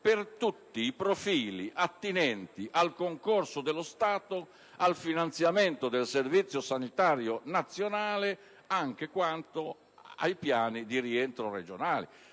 «per tutti i profili attinenti al concorso dello Stato al finanziamento del Servizio sanitario nazionale, anche quanto ai Piani di rientro regionale».